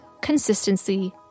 consistency